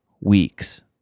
weeks